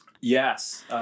Yes